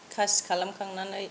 खासि खालामखांनानै